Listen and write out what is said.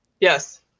Yes